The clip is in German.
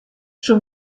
schon